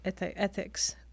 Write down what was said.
ethics